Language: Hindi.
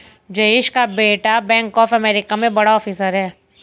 जयेश का बेटा बैंक ऑफ अमेरिका में बड़ा ऑफिसर है